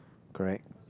correct